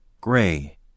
gray